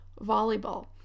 volleyball